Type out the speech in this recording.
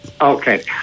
okay